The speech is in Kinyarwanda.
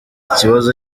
kibazo